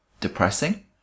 depressing